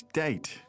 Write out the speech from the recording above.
date